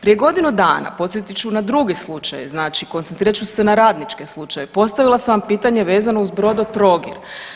Prije godinu dana, podsjetit ću na drugi slučaj, znači koncentrirat ću se na radničke slučajeve, postavila sam vam pitanje vezano uz Brodotrogir.